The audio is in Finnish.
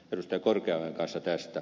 korkeaojan kanssa tästä